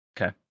Okay